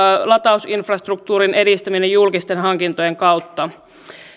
latausinfrastruktuurin edistäminen julkisten hankintojen kautta